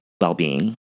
well-being